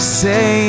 say